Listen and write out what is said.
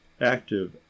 active